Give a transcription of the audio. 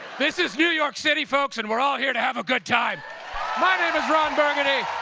this is new york city, folks, and we're all here to have a good time my name is ron burgundy,